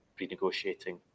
renegotiating